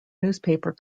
newspaper